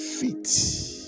feet